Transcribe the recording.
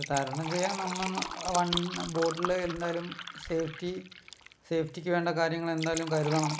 തരണം ചെയ്യാൻ നമ്മൾ വൺ ബോട്ടിൽ എന്തായാലും സേഫ്റ്റി സേഫ്റ്റിക്ക് വേണ്ട കാര്യങ്ങൾ എന്തായാലും കരുതണം